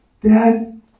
Dad